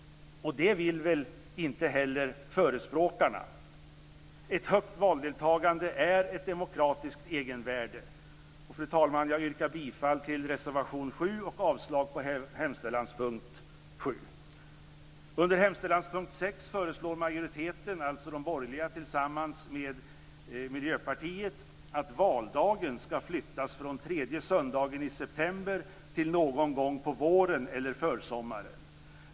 Och det vill väl inte heller förespråkarna? Ett högt valdeltagande är ett demokratisk egenvärde! Fru talman! Jag yrkar bifall till reservation 7 och avslag på hemställanspunkt 7. Under hemställanspunkt 6 föreslår majoriteten, alltså de borgerliga tillsammans med Miljöpartiet, att valdagen ska flyttas från tredje söndagen i september till någon gång på våren eller försommaren.